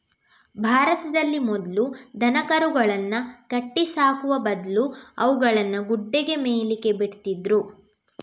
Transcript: ಭಾರತದಲ್ಲಿ ಮೊದ್ಲು ದನಕರುಗಳನ್ನ ಕಟ್ಟಿ ಸಾಕುವ ಬದ್ಲು ಅವುಗಳನ್ನ ಗುಡ್ಡೆಗೆ ಮೇಯ್ಲಿಕ್ಕೆ ಬಿಡ್ತಿದ್ರು